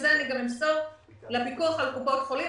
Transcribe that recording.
אני אמסור את זה לפיקוח על קופות החולים,